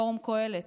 פורום קהלת.